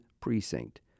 precinct